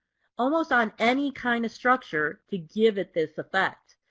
almost on any kind of structure to give it this effect.